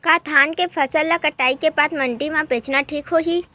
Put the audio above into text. का धान के फसल ल कटाई के बाद मंडी म बेचना ठीक होही?